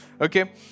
okay